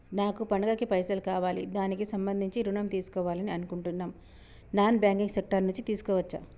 నాకు పండగ కి పైసలు కావాలి దానికి సంబంధించి ఋణం తీసుకోవాలని అనుకుంటున్నం నాన్ బ్యాంకింగ్ సెక్టార్ నుంచి తీసుకోవచ్చా?